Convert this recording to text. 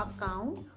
account